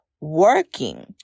working